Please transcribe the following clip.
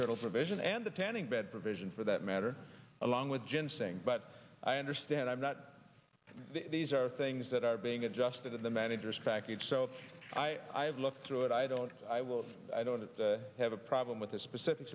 turtle provision and the tanning bed provision for that matter along with ginseng but i understand i'm not these are things that are being adjusted in the manager's package so i have looked through it i don't i will i don't have a problem with the specific